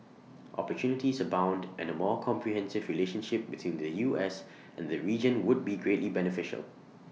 opportunities abound and more comprehensive relationship between the U S and the region would be greatly beneficial